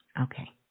Okay